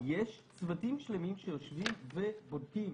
יש צוותים שלמים שיושבים ובודקים.